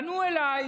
פנו אליי